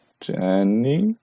Jenny